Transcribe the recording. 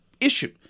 issue